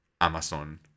amazon